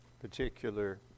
particular